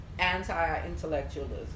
anti-intellectualism